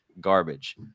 garbage